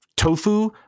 tofu